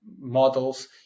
models